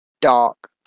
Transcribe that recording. dark